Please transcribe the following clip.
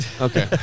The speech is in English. Okay